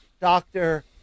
doctor